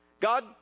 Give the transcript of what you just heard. God